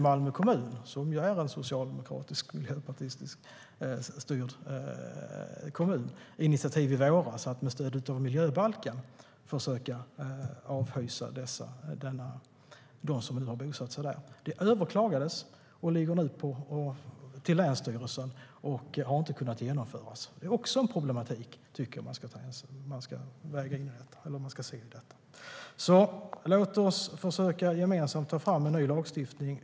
Malmö kommun, som är en socialdemokratiskt och miljöpartistiskt styrd kommun, tog initiativet i våras att med stöd av miljöbalken försöka avhysa dem som hade bosatt sig där. Det överklagades till länsstyrelsen och har inte kunnat genomföras. Det är också en problematik som jag tycker att man ska se i detta. Låt oss försöka att gemensamt ta fram en ny lagstiftning.